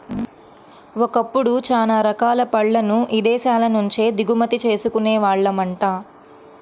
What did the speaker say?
ఒకప్పుడు చానా రకాల పళ్ళను ఇదేశాల నుంచే దిగుమతి చేసుకునే వాళ్ళమంట